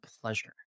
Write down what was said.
pleasure